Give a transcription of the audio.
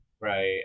Right